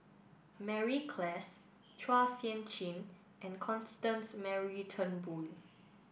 Mary Klass Chua Sian Chin and Constance Mary Turnbull